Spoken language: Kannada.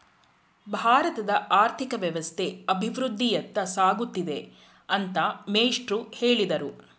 ಭಾರತದ ಆರ್ಥಿಕ ವ್ಯವಸ್ಥೆ ಅಭಿವೃದ್ಧಿಯತ್ತ ಸಾಗುತ್ತಿದೆ ಅಂತ ಮೇಷ್ಟ್ರು ಹೇಳಿದ್ರು